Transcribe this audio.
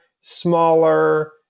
smaller